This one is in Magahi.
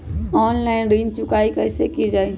ऑनलाइन ऋण चुकाई कईसे की ञाई?